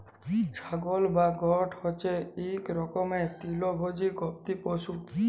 ছাগল বা গট হছে ইক রকমের তিরলভোজী গবাদি পশু